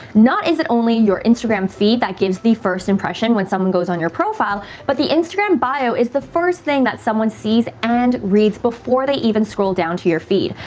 not is it only your instagram feed that gives the first impression when someone goes on your profile, but the instagram bio is the first thing that someone sees and reads before they even scroll down to your feed.